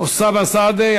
אוסאמה סעדי.